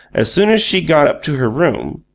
as soon as she got up to her room,